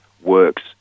works